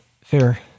fair